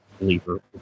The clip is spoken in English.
believer